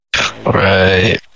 Right